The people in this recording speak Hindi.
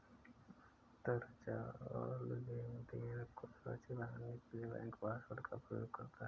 अंतरजाल लेनदेन को सुरक्षित बनाने के लिए बैंक पासवर्ड का प्रयोग करता है